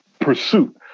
pursuit